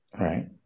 right